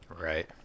Right